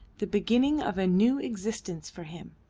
the beginning of a new existence for him.